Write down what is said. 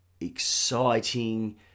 exciting